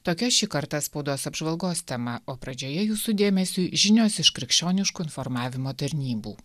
tokia šį kartą spaudos apžvalgos tema o pradžioje jūsų dėmesiui žinios iš krikščioniškų informavimo tarnybų